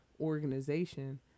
organization